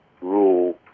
rule